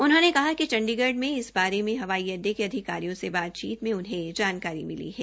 उन्होंने कहा कि चंडीगढ़ में इस बारे मे हवाई अड्डे के अधिकारियों से बातचीत में उन्होंने यह जानकारी मिली है